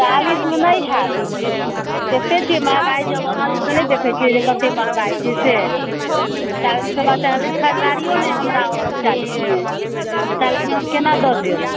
चालिस मे नहि होयत देखते छियै महगाइ जमाना छै से नहि देखै छियै जे कते महगाइ छै चालिस मे चालिस खरीदारीओ नहि हमरा अछि चालिस मे चालिस मे हम केना दऽ देब